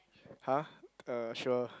!huh! uh sure